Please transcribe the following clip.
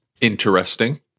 Interesting